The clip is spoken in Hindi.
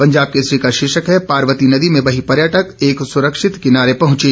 पंजाब केसरी का शीर्षक है पार्वती नदी में बही पर्यटक एक सुरक्षित किनारे पहुंची